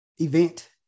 event